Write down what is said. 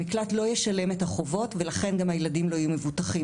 המקלט לא ישלם את החובות ולכן גם הילדים לא יהיו מבוטחים,